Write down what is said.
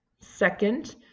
Second